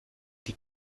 die